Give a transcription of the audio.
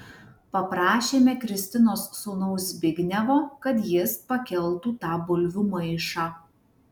paprašėme kristinos sūnaus zbignevo kad jis pakeltų tą bulvių maišą